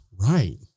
Right